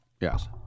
Yes